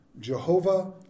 Jehovah